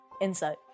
insight